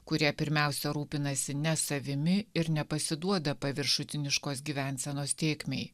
kurie pirmiausia rūpinasi ne savimi ir nepasiduoda paviršutiniškos gyvensenos tėkmei